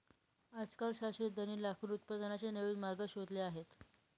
आजकाल शास्त्रज्ञांनी लाकूड उत्पादनाचे नवीन मार्ग शोधले आहेत